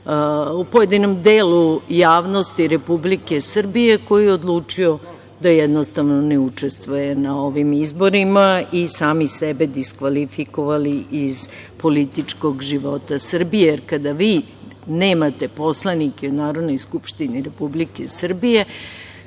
u pojedinom delu javnosti Republike Srbije, koji je odlučio da jednostavno ne učestvuje na ovim izborima i sami sebe diskvalifikovali iz političkog života Srbije. Jer, kada vi nemate poslanike u Narodnoj skupštini Republike Srbije,